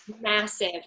Massive